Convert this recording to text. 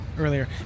Earlier